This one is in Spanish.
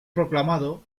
proclamado